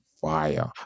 fire